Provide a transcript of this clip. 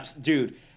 dude